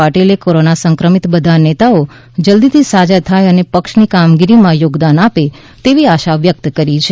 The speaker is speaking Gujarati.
પાટિલે કોરોના સંક્રમિત બધા નેતાઓ જલ્દીથી સાજા થાય અને પક્ષની કામગીરીમાં યોગદાન આપે તેવી આશા વ્યકત કરી છે